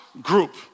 group